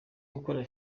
gukora